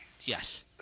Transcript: Yes